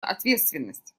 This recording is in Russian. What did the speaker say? ответственность